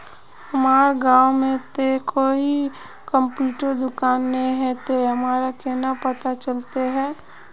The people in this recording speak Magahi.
हमर गाँव में ते कोई कंप्यूटर दुकान ने है ते हमरा केना पता चलते है?